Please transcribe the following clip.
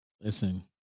Listen